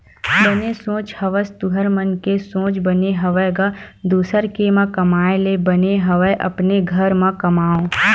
बने सोच हवस तुँहर मन के सोच बने हवय गा दुसर के म कमाए ले बने हवय अपने घर म कमाओ